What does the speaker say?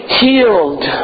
healed